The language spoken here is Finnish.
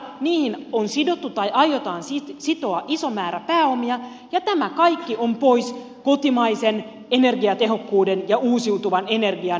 niihin on sidottu tai aiotaan sitoa iso määrä pääomia ja tämä kaikki on pois kotimaisen energiatehokkuuden ja uusiutuvan energian kehittämisestä